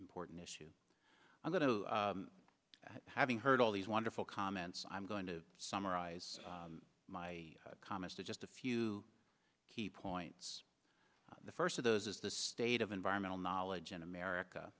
important issue i'm going to having heard all these wonderful comments i'm going to summarize my comments to just a few key points the first of those is the state of environmental knowledge in america